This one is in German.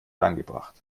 angebracht